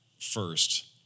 first